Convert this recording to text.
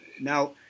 Now